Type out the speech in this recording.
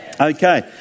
Okay